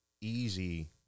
easy